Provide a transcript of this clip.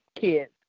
kids